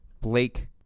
Blake